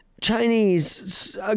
Chinese